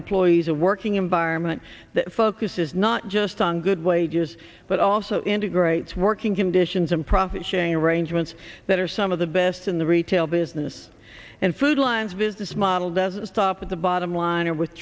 employees a working environment that focuses not just on good wages but also integrates working conditions and profit sharing arrangements that are some of the best in the retail business and food lines business model doesn't stop at the bottom line or with